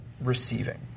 receiving